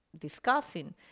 discussing